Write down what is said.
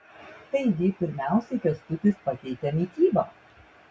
taigi pirmiausiai kęstutis pakeitė mitybą